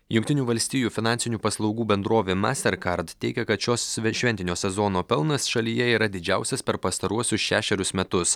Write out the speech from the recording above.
jungtinių valstijų finansinių paslaugų bendrovė masterkard teigia kad šios šventinio sezono pelnas šalyje yra didžiausias per pastaruosius šešerius metus